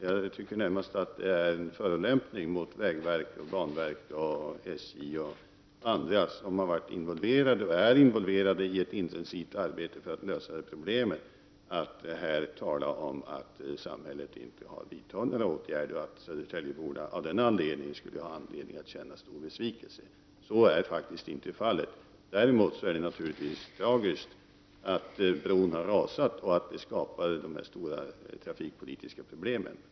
Jag tycker att det närmast är en förolämpning mot vägverket, banverket, SJ och andra som har varit, och är, involverade i ett intensivt arbete för att lösa detta problem att tala om att samhället inte har vidtagit några åtgärder och att södertäljeborna av den orsaken skulle ha anledning att känna stor besvikelse. Så är faktiskt inte fallet. Däremot är det naturligtvis tragiskt att bron har rasat och att det skapar dessa stora trafikproblem.